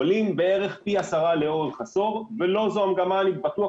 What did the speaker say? עולים בערך פי 10 לאורך עשור ואני בטוח